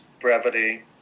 brevity